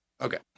okay